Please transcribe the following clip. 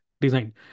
design